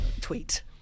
Tweet